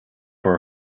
for